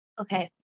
Okay